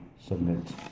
Submit